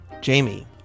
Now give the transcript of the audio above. Jamie